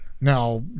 Now